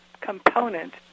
component